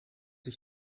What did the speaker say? sich